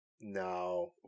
No